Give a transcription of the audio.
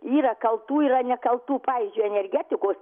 yra kaltų yra nekaltų pavyzdžiui energetikos